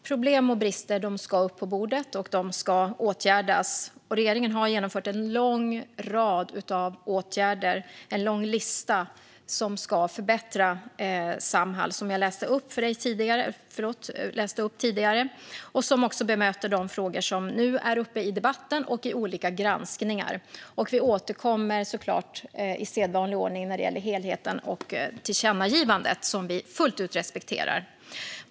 Fru talman! Problem och brister ska upp på bordet, och de ska åtgärdas. Regeringen har genomfört en lång lista av åtgärder som jag läste upp tidigare som ska förbättra Samhall och som bemöter de frågor som nu är uppe i debatten och i olika granskningar. Vi återkommer såklart i sedvanlig ordning när det gäller helheten och tillkännagivandet som vi fullt ut respekterar.